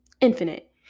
Infinite